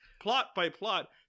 plot-by-plot